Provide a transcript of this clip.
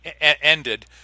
ended